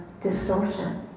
distortion